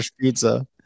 pizza